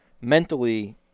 mentally